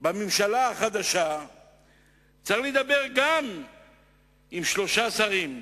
בממשלה החדשה צריך לדבר עם שלושה שרים: